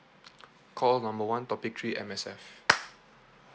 call number one topic three M_S_F